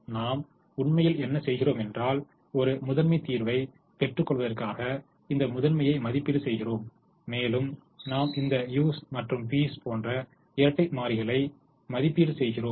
நாம் உண்மையில் என்ன செய்கிறோம் என்றால் ஒரு முதன்மை தீர்வை பெற்றுக்கொள்வதற்காக இந்த முதன்மையை மதிப்பீடு செய்கிறோம் மேலும் நாம் இந்த u's மற்றும் v's போன்ற இரட்டை மாறிகளை மதிப்பீடு செய்கிறோம்